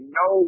no